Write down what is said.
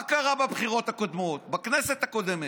מה קרה בבחירות הקודמות, בכנסת הקודמת?